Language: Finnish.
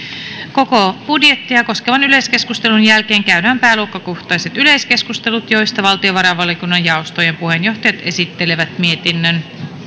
koko budjettia koskevan yleiskeskustelun jälkeen käydään pääluokkakohtaiset yleiskeskustelut joissa valtiovarainvaliokunnan jaostojen puheenjohtajat esittelevät mietinnön